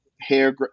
Hair